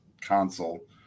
console